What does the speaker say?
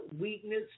weakness